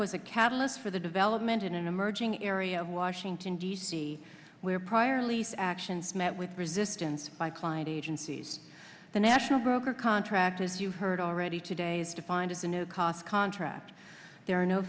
was a catalyst for the development in an emerging area of washington d c where prior lease actions met with resistance by client agencies the national broker contract as you heard already today is defined as the no cost contract there are no